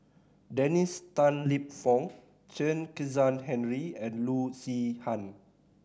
Dennis Tan Lip Fong Chen Kezhan Henri and Loo Zihan